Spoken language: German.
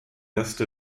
erste